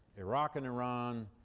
iraq and iran,